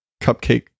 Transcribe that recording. cupcake